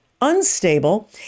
unstable